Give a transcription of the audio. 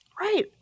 Right